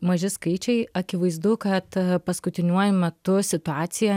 maži skaičiai akivaizdu kad paskutiniuoju metu situacija